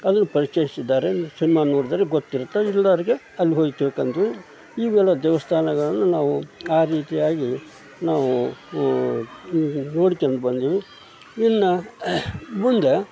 ಅಲ್ಲಿ ಪರಿಚಯಿಸಿದ್ದಾರೆ ಸಿನ್ಮ ನೋಡಿದರೆ ಗೊತ್ತಿರುತ್ತೆ ಇಲ್ದೋರಿಗೆ ಅಲ್ಲಿ ಹೋಗಿ ತಿಳ್ಕಂಡ್ವಿ ಇವೆಲ್ಲ ದೇವಸ್ಥಾನಗಳನ್ನು ನಾವು ಆ ರೀತಿಯಾಗಿ ನಾವು ನೋಡ್ಕೊಂದ್ ಬಂದ್ವಿ ಇನ್ನು ಮುಂದೆ